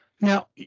Now